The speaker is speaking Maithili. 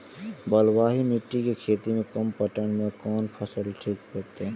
बलवाही मिट्टी के खेत में कम पटवन में कोन फसल ठीक होते?